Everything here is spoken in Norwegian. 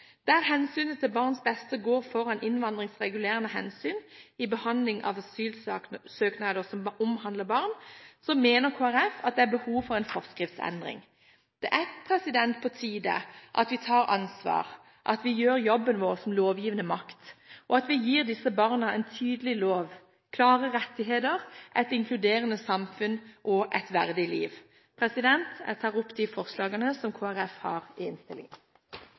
der hensynet til barnets beste går foran innvandringsregulerende hensyn i behandling av asylsøknader som omhandler barn, mener Kristelig Folkeparti at det er behov for en forskriftsendring. Det er på tide at vi tar ansvar, at vi gjør jobben vår som lovgivende makt, og at vi gir disse barna en tydelig lov, klare rettigheter, et inkluderende samfunn og et verdig liv. Jeg tar opp de forslagene som Kristelig Folkeparti har i innstillingen.